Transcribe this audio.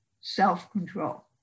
self-control